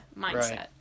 mindset